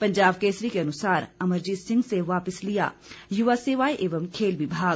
पंजाब केसरी के अनुसार अमरजीत सिंह से वापिस लिया युवा सेवाएं एवं खेल विभाग